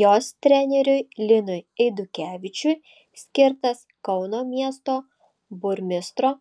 jos treneriui linui eidukevičiui skirtas kauno miesto burmistro